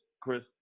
Chris